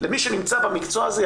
למי שנמצא במקצוע הזה,